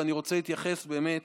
אני רוצה להתייחס באמת